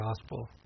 gospel